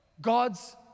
God's